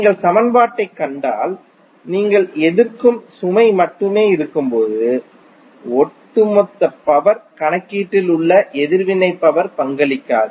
நீங்கள் சமன்பாட்டைக் கண்டால் நீங்கள் எதிர்க்கும் சுமை மட்டுமே இருக்கும்போது ஒட்டுமொத்த பவர் கணக்கீட்டில் உங்கள் எதிர்வினை பவர் பங்களிக்காது